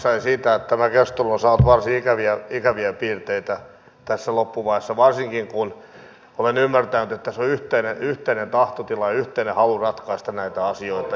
olen kyllä hyvin harmissani siitä että tämä keskustelu on saanut varsin ikäviä piirteitä tässä loppuvaiheessa varsinkin kun olen ymmärtänyt että tässä on yhteinen tahtotila ja yhteinen halu ratkaista näitä asioita